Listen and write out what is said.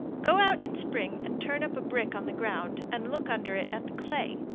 go out in spring and turn up a brick on the ground, and look under it at the clay.